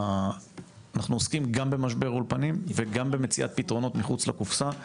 אנחנו עוסקים גם במשבר האולפנים וגם במציאת פתרונות מחוץ לקופסא,